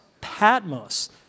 Patmos